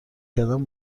کردن